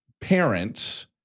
parents